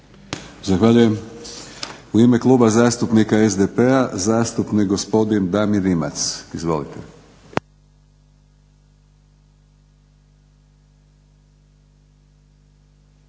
Zahvaljujem. U ime Kluba zastupnika SDP-a zastupnik gospodin Damir Rimac. Izvolite.